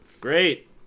Great